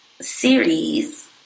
series